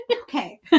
Okay